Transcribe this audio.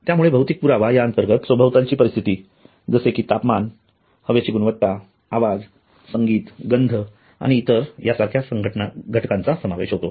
त्यामुळे भौतिक पुरावा या अंतर्गत सभोवतालची परिस्थिती जसे कि तापमान हवेची गुणवत्ता आवाज संगीत गंध आणि इतर या सारख्या घटकांचा समावेश होतो